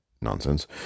nonsense